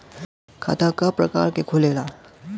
खाता क प्रकार के खुलेला?